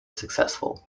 successful